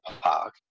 park